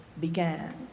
began